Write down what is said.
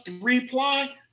reply